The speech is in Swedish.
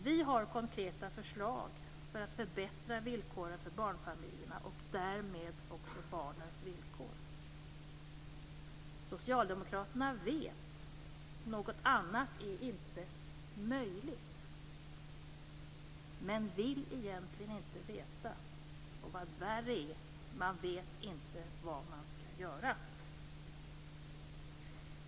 Vi har konkreta förslag för att förbättra villkoren för barnfamiljerna och därmed också barnens villkor. Socialdemokraterna vet, något annat är inte möjligt, men vill egentligen inte veta. Vad värre är vet man inte vad man skall göra.